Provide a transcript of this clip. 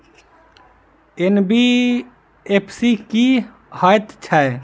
NBFC की हएत छै?